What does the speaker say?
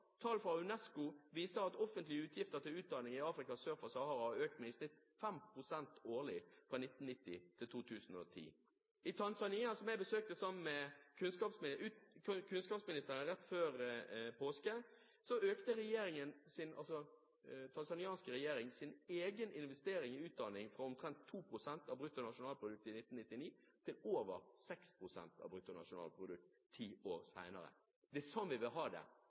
Tall fra UNESCO viser at offentlige utgifter til utdanning i Afrika sør for Sahara i snitt har økt med 5 pst. årlig fra 1990 til 2010. I Tanzania, som jeg besøkte sammen med kunnskapsministeren rett før påske, økte den tanzanianske regjeringen sin egen investering i utdanning fra omtrent 2 pst. av bruttonasjonalprodukt i 1999 til over 6 pst. av bruttonasjonalprodukt ti år senere. Det er sånn vi vil ha det.